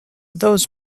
those